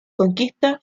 conquista